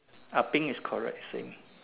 ah pink is correct same